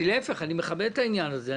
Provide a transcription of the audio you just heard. להפך, אני מכבד את העניין הזה.